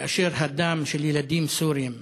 כאשר הדם של ילדים סורים,